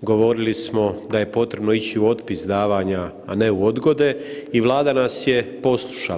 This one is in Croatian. govorili smo da je potrebno ići u otpis davanja, a ne u odgode i Vlada nas je poslušala.